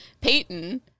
Peyton